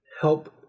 help